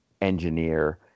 engineer